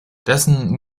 dessen